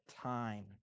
time